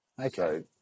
okay